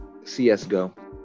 CSGO